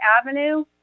Avenue